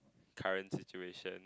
current situation